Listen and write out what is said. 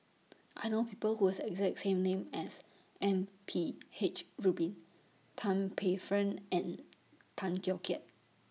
I know People Who Have The exact name as M P H Rubin Tan Paey Fern and Tay Teow Kiat